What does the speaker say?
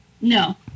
No